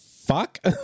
fuck